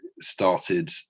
started